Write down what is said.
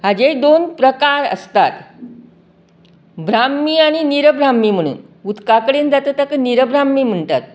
हाचें दोन प्रकार आसतात भ्राम्मी आनी निरभ्राम्मी म्हणून उदका कडेन जाता ताका निरभाम्मी म्हणटात